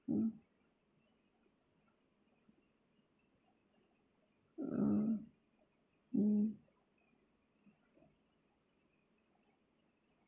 mm oh mm